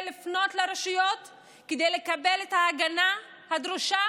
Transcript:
שיפנו לרשויות כדי לקבל את ההגנה הדרושה